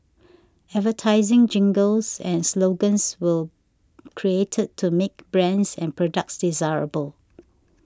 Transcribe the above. advertising jingles and slogans will created to make brands and products desirable